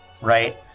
right